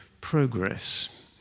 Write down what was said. progress